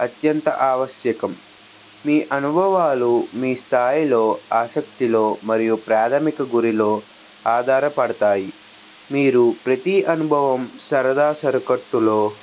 అత్యంత ఆవశ్యకం మీ అనుభవాలు మీ స్థాయిలో ఆసక్తిలో మరియు ప్రాథమిక గురిలో ఆధారపడతాయి మీరు ప్రతీ అనుభవం సరదా సరుకట్టులో